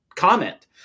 comment